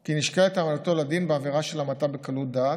כי נשקלת העמדתו לדין בעבירה של המתה בקלות דעת,